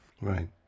Right